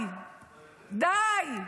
די,